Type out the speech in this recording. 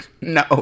No